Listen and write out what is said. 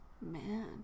Man